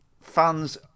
Fans